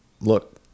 look